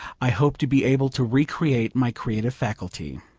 i hope to be able to recreate my creative faculty.